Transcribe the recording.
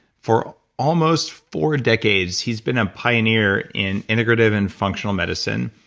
for almost four decades, he's been a pioneer in integrative and functional medicine.